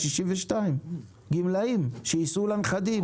62. גמלאים שייסעו לנכדים,